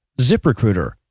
ZipRecruiter